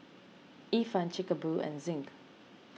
Ifan Chic A Boo and Zinc